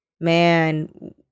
man-